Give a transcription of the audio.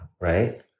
Right